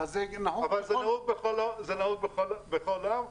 זה נהוג בכל העולם.